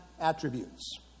attributes